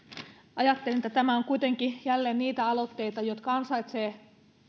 ajattelen että tämä on kuitenkin jälleen niitä aloitteita jotka ansaitsevat